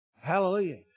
Hallelujah